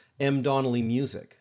mdonnellymusic